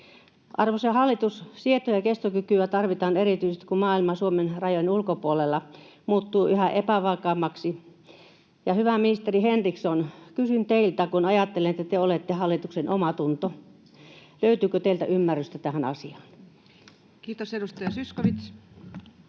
Arvoisa hallitus! Sieto- ja kestokykyä tarvitaan erityisesti, kun maailma Suomen rajojen ulkopuolella muuttuu yhä epävakaammaksi. Hyvä ministeri Henriksson, kysyn teiltä, kun ajattelen, että te olette hallituksen omatunto: löytyykö teiltä ymmärrystä tähän asiaan? Kiitos. — Edustaja Zyskowicz.